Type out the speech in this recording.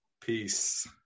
Peace